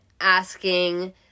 asking